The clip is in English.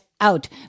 out